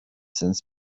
since